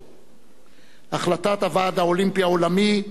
החלטת הוועד האולימפי העולמי איננה מפתיעה.